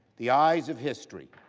the eyes of history,